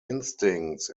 instincts